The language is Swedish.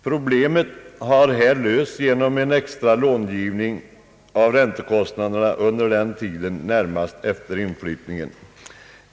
Problemet har här lösts genom en extra långivning för räntemerkostnaderna under tiden närmast efter inflyttningen.